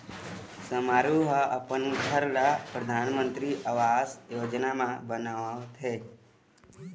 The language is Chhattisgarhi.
समारू ह अपन घर ल परधानमंतरी आवास योजना म बनवावत हे